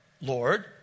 Lord